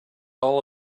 all